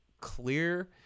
clear